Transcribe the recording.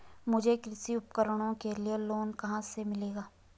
मुझे कृषि उपकरणों के लिए लोन कहाँ से मिलेगा?